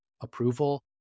approval